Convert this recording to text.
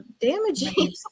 damaging